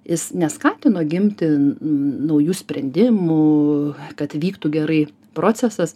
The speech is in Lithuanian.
jis neskatino gimti naujų sprendimų kad vyktų gerai procesas